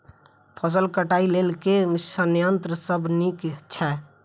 फसल कटाई लेल केँ संयंत्र सब नीक छै?